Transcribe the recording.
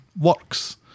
works